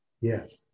Yes